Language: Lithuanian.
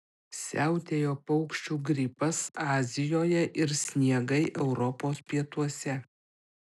siautėjo paukščių gripas azijoje ir sniegai europos pietuose